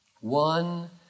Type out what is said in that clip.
one